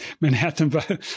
Manhattan